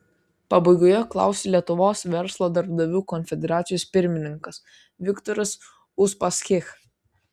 pabaigoje klausė lietuvos verslo darbdavių konfederacijos pirmininkas viktoras uspaskich